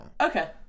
Okay